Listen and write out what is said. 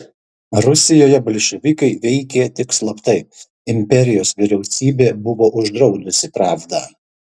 rusijoje bolševikai veikė tik slaptai imperijos vyriausybė buvo uždraudusi pravdą